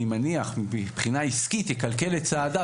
אני מניח מבחינה עסקית יכלכל את צעדיו